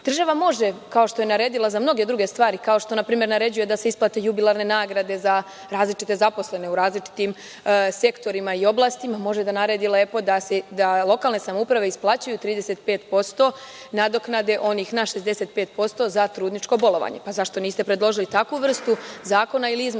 Država može kao što je naredila za mnoge druge stvari kao što naprimer naređuje da se isplate jubilarne nagrade za različite zaposlene u različitim sektorima i oblastima može da naredi lepo da lokalne samouprave isplaćuju 35% nadoknade, onih na 65% za trudničko bolovanje, pa zašto niste predložili takvu vrstu zakona ili izmenu